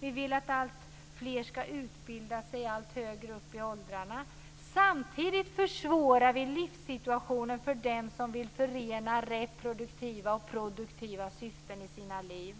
Vi vill att alltfler skall utbilda sig allt högre upp i åldrarna. Samtidigt försvårar vi livssituationen för dem som vill förena reproduktiva och produktiva syften i sina liv.